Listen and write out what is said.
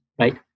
right